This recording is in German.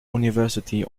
university